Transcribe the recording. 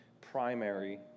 primary